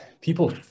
people